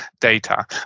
data